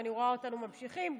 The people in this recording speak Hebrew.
ואני רואה אותנו גם ממשיכים,